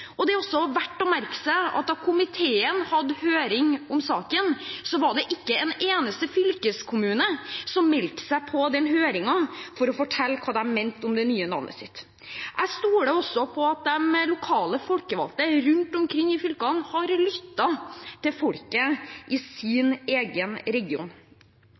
gjort. Det er også verdt å merke seg at da komiteen hadde høring om saken, var det ikke en eneste fylkeskommune som meldte seg for å fortelle hva de mente om det nye navnet sitt. Jeg stoler også på at de lokale folkevalgte rundt omkring i fylkene har lyttet til folket i sin egen region.